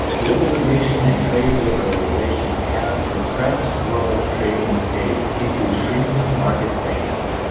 globalization and trade liberalization have compressed world trading space into shrinking market segments,